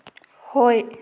ꯍꯣꯏ